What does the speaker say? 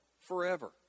forever